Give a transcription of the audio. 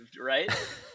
right